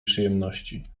przyjemności